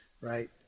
right